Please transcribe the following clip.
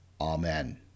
Amen